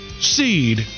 seed